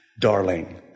darling